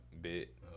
bit